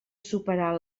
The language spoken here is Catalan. superar